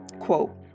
Quote